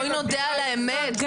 בואי נודה על האמת,